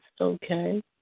Okay